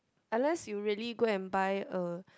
unless you really go and buy a